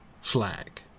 flag